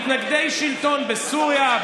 מתנגדי שלטון בסוריה,